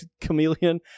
chameleon